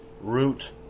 root